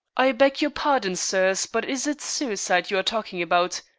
i beg your pardon, sirs, but is it suicide you are talking about?